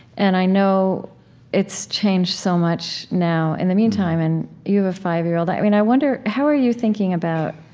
and i know it's changed so much now in the meantime, and you have a five year old. i mean, i wonder how are you thinking about